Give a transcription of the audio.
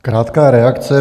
Krátká reakce.